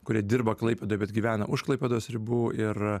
kurie dirba klaipėdoj bet gyvena už klaipėdos ribų ir